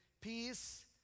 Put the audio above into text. peace